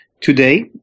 Today